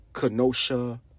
Kenosha